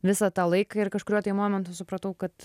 visą tą laiką ir kažkuriuo tai momentu supratau kad